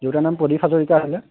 দেউতাৰ নাম প্ৰদীপ হাজৰিকা আছিলে